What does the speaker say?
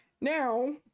Now